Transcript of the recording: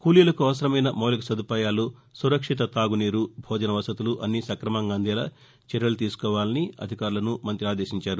కూలీలకు అవసరమైన మౌలిక సదుపాయాలు సురక్షిత తాగునీరు భోజన వసతులు అన్ని సక్రమంగా అందేలా చర్యలు తీసుకోవాలని అధికారులకు ఆదేశించారు